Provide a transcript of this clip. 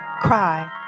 cry